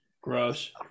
Gross